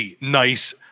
nice